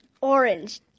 Orange